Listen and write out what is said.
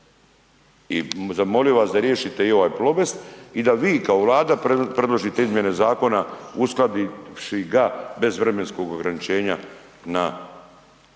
I zamolio bih vas da riješite i ovaj Plobest i da vi kao Vlada predložite izmjene zakona uskladivši ga bez vremenskog ograničenja na